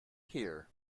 here